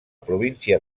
província